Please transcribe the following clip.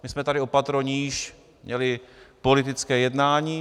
My jsme tady o patro níž měli politické jednání.